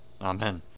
Amen